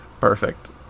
perfect